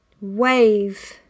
wave